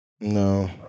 No